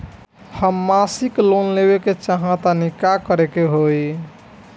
हम मासिक लोन लेवे के चाह तानि का करे के होई?